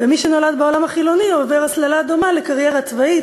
ומי שנולד בעולם החילוני עובר הסללה דומה לקריירה צבאית,